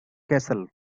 castle